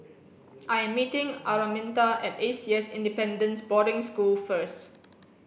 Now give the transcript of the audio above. I'm meeting Araminta at A C S Independent Boarding School first